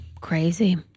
Crazy